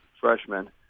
freshmen